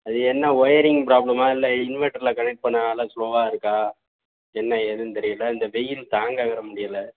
அது என்ன ஒயரிங் ப்ராப்ளமாக இல்லை இன்வெட்டரில் கனெக்ட் பண்ணதுனால் ஸ்லோவாக இருக்கா என்ன ஏதுன்னு தெரியல இந்த வெயில் தாங்க வேற முடியலை